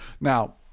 Now